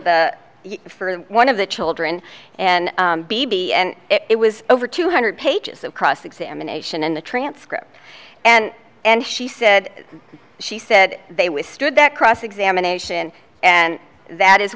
the first one of the children and b b and it was over two hundred pages of cross examination in the transcript and and she said she said they withstood that cross examination and that is